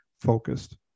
focused